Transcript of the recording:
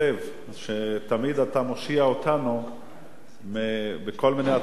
שתמיד אתה מושיע אותנו בכל מיני הצעות חוק